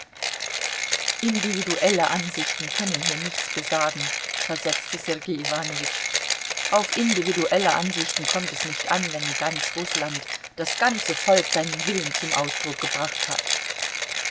individuelle ansichten können hier nichts besagen versetzte sergei iwanowitsch auf individuelle ansichten kommt es nicht an wenn ganz rußland das ganze volk seinen willen zum ausdruck gebracht hat